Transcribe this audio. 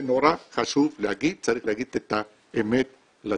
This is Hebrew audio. זה נורא חשוב להגיד, צריך להגיד את האמת לציבור.